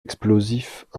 explosifs